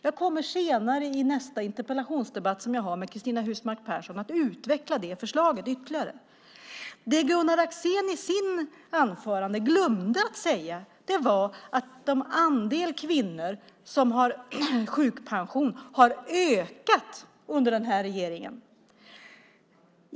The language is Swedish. Jag kommer i nästa interpellationsdebatt som jag har med Cristina Husmark Pehrsson att utveckla detta förslag ytterligare. Det som Gunnar Axén i sitt anförande glömde att säga var att andelen kvinnor som har sjukpension har ökat under den här regeringen.